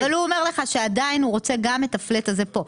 אבל הוא אומר לך שעדיין הוא רוצה את הפלט הזה פה.